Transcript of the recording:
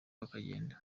bakagenda